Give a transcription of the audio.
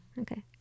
Okay